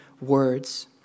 words